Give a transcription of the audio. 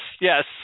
yes